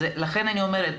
אז אני אומרת,